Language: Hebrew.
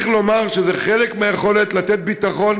צריך לומר שזה חלק מהיכולת לתת ביטחון